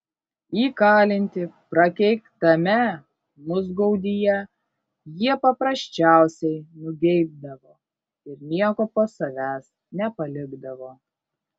įkalinti prakeiktame musgaudyje jie paprasčiausiai nugeibdavo ir nieko po savęs nepalikdavo